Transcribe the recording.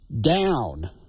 down